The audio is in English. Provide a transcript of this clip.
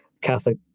Catholic